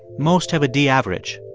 most have a d average.